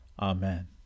Amen